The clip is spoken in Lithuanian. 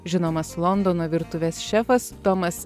žinomas londono virtuvės šefas tomas